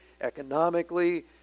economically